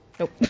Nope